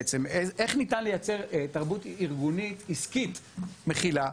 איך ניתן לייצר תרבות ארגונית עסקית מכילה.